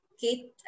Kate